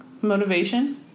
Motivation